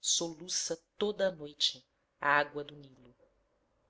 soluça toda a noite a água do nilo